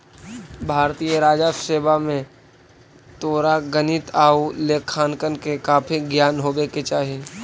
भारतीय राजस्व सेवा में तोरा गणित आउ लेखांकन के काफी ज्ञान होवे के चाहि